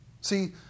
See